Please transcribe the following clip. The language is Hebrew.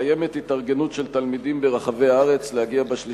קיימת התארגנות של תלמידים ברחבי הארץ להגיע ב-3